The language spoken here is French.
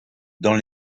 dans